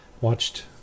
watched